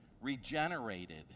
regenerated